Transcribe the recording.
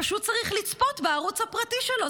פשוט צריך לצפות בערוץ הפרטי שלו.